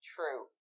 True